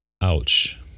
Ouch